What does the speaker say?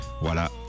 voilà